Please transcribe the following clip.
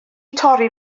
torri